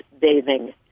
bathing